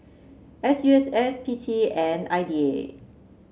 S U S S P T and I D A